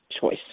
choice